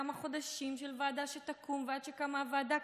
חד-משמעית.